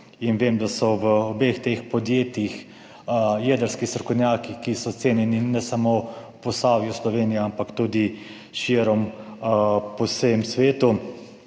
vem, da so v obeh teh podjetjih jedrski strokovnjaki, ki so cenjeni ne samo v Posavju, v Sloveniji, ampak tudi širom po svetu.